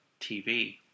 TV